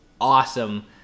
Awesome